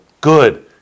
good